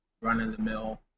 run-of-the-mill